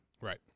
Right